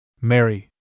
Mary